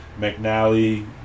McNally